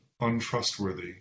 untrustworthy